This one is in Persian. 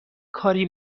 کاری